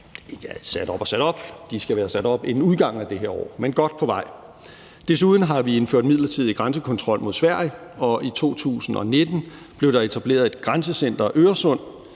– sat op og sat op, de skal være sat op inden udgangen af det her år, men de er godt på vej. Desuden har vi indført midlertidig grænsekontrol mod Sverige, og i 2019 blev der etableret et Grænsecenter Øresund